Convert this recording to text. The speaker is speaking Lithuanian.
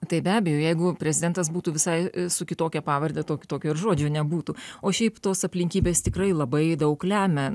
tai be abejo jeigu prezidentas būtų visai su kitokia pavarde to tokio ir žodžio nebūtų o šiaip tos aplinkybės tikrai labai daug lemia